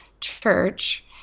church